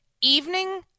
evening